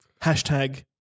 Hashtag